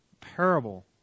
parable